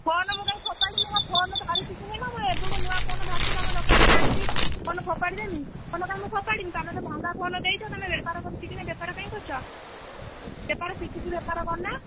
phone ମୁଁ କାହିଁ ଫୋପାଡ଼ୁନି ମୋ ଫୋନ୍ ଧରି ଶିଖିନି ନା ଏବେକୁ ନୂଆ ଫୋନ୍ ଧରିଛି ତୁମ ଦୋକାନରୁ ଆଣିଛି ଫୋନ ଫୋପାଡ଼ି ଦେବି ଫୋନ କାଇଁ ଫୋପାଡ଼ି ବି ତମେ ତ ମହଙ୍ଗା ଫୋନ ଦେଇଛ ତମେ ବେପାର କରି ଶିଖିନ ବେପାର କାଇଁ କରୁଛ ବେପାର ଶିଖିକି ବେପାର କରୁନ